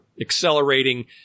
accelerating